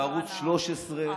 בערוץ 13,